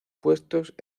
puestos